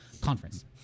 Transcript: Conference